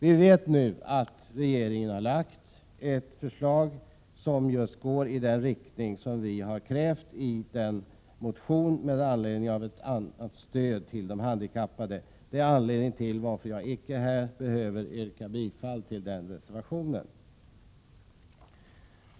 Vi vet nu att regeringen har lagt fram ett förslag som går i just den riktning som vi har krävt i vår motion om stödtill de handikappade. Det är anledningen till att jag icke här behöver yrka bifall till reservation 18.